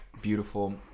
beautiful